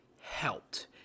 helped